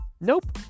Nope